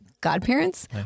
godparents